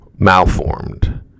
malformed